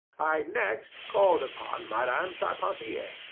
i next called upon madame charpentier,